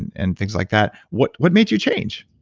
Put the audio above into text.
and things like that. what what made you change?